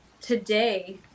today